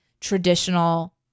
traditional